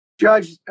Judge